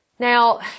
Now